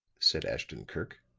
said ashton-kirk.